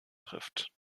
trifft